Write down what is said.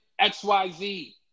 XYZ